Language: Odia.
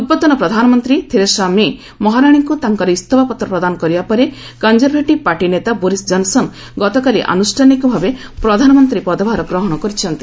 ପୂର୍ବତନ ପ୍ରଧାନମନ୍ତ୍ରୀ ଥେରେସା ମେ ମହାରାଣୀଙ୍କୁ ତାଙ୍କର ଇସ୍ତଫାପତ୍ର ପ୍ରଦାନ କରିବା ପରେ କନ୍ଜରଭେଟିଭ୍ ପାର୍ଟି ନେତା ବୋରିସ୍ ଜନ୍ସନ୍ ଗତକାଲି ଆନୁଷ୍ଠାନିକ ଭାବେ ପ୍ରଧାନମନ୍ତ୍ରୀ ପଦଭାର ଗ୍ରହଣ କରିଛନ୍ତି